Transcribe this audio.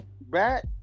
back